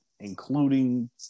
including